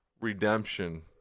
redemption